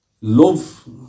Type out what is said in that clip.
love